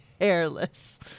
hairless